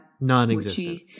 Non-existent